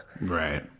Right